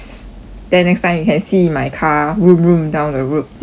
then next time you can see my car vroom vroom down the road